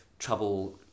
Trouble